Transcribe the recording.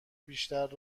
بیشتری